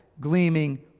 gleaming